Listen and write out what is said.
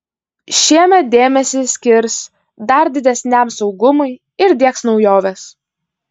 šiemet dėmesį skirs dar didesniam saugumui ir diegs naujoves